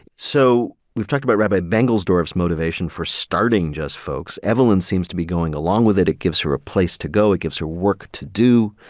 so, we've talked about rabbi bengelsdorf's motivation for starting just folks. evelyn seems to be going along with it. it gives her a place to go. it gives her work to do.